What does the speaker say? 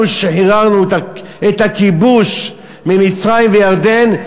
אנחנו שחררנו את הכיבוש ממצרים וירדן,